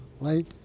late